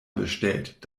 bestellt